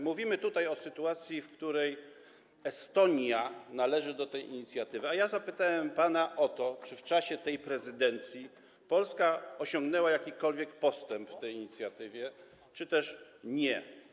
Mówimy tutaj o sytuacji, w której Estonia należy do tej inicjatywy, a ja zapytałem pana o to, czy w czasie tej prezydencji Polska osiągnęła jakikolwiek postęp w zakresie tej inicjatywy, czy też nie.